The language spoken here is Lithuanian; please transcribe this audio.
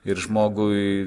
ir žmogui